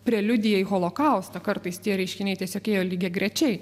preliudija į holokaustą kartais tie reiškiniai tiesiog ėjo lygiagrečiai